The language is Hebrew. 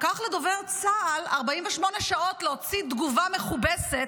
לקח לדובר צה"ל 48 שעות להוציא תגובה מכובסת,